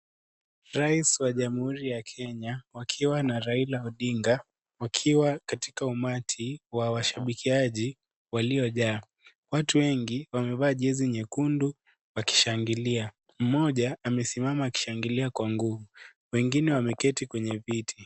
Rais wa jamuhuri ya kenya wakiwa na Raila Odinga wakiwa katika umati wa washabikiaji walio jaa, watu wengi wamevaa jersey nyekundu wakishangilia. Mmoja amesimama akishangilia kwa nguvu, wengine wameketi kwenye viti.